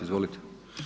Izvolite!